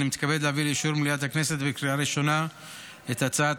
אני מתכבד להביא לאישור מליאת הכנסת בקריאה ראשונה את הצעת